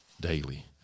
daily